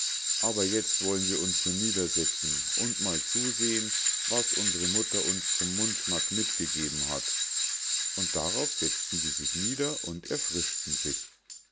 aber jetzt wollen wir uns hier niedersetzen und mal zusehen was unsre mutter uns zum mundschmack mitgegeben hat und darauf setzten sie sich nieder und erfrischten sich